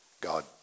God